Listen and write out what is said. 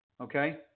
okay